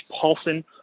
paulson